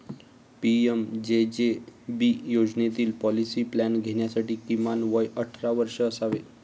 PMJJB योजनेतील policy plan घेण्यासाठी किमान वय अठरा वर्षे असावे